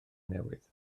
newydd